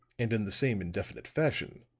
and in the same indefinite fashion,